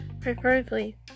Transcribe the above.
preferably